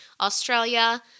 Australia